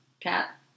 cat